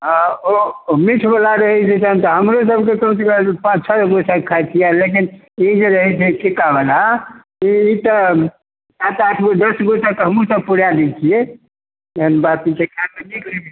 आँ ओ मीठ बला रहैत छै तहन तऽ हमरो सबके कम से कम पाँच छओ गो मिठाइ खाइत छियै लेकिन ई जे रहैत छै फीका बला ई तऽ सात आठ गो दश गो तक हमहुँ सब पूरा दै छियै एहन बात नहि छै खायमे नीक लगैत छै